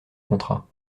contrat